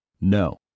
No